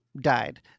died